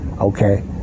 okay